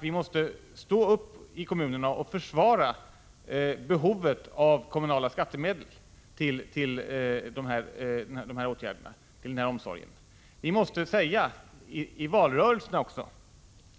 Vi måste stå upp i kommunerna och försvara behovet av kommunala skattemedel till denna omsorg. Vi måste även i valrörelserna säga